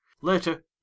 Later